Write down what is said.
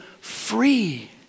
free